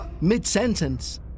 mid-sentence